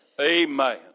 Amen